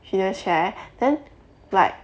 she never share then like